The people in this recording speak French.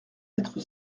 être